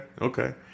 Okay